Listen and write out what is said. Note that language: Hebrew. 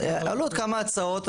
עלו עוד כמה הצעות.